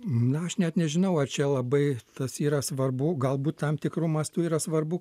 na aš net nežinau ar čia labai tas yra svarbu galbūt tam tikru mastu yra svarbu